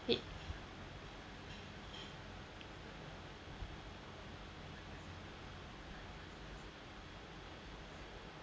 it